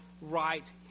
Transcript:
right